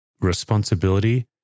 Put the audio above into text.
responsibility